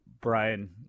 Brian